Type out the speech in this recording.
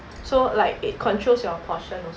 so like it controls your portion also